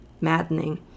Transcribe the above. maddening